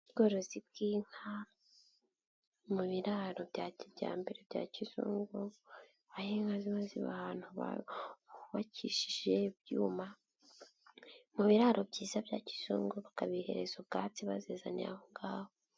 Ubworozi bw'inka mu biraro bya kijyambere bya kizungu, aho inka ziba ziba ahantu hubakishije ibyuma, mu biraro byiza bya kizungu, bakabihereza ubwatsi bazizaniye aho ngaho.